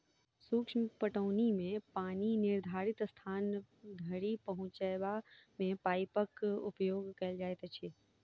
सूक्ष्म पटौनी मे पानि निर्धारित स्थान धरि पहुँचयबा मे पाइपक उपयोग कयल जाइत अछि